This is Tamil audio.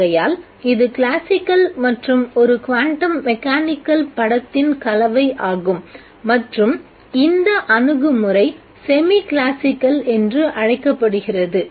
ஆகையால் இது கிளாசிக்கல் மற்றும் ஒரு குவாண்டம் மெக்கானிக்கல் படத்தின் கலவை ஆகும் மற்றும் இந்த அணுகுமுறை செமி கிளாசிக்கல் என்று அழைக்கப்படுகிறது